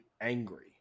angry